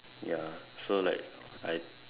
ya so like I